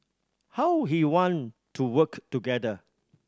how he want to work together